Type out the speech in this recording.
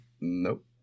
Nope